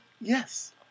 Yes